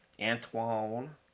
Antoine